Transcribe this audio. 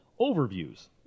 overviews